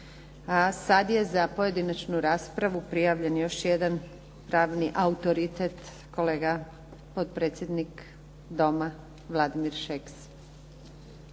sad je za pojedinačnu raspravu prijavljen još jedan pravni autoritet, kolega potpredsjednik Doma Vladimir Šeks.